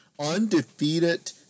Undefeated